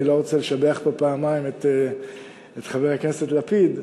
אני לא רוצה לשבח פה פעמיים את חבר הכנסת לפיד,